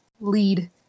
lead